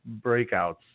breakouts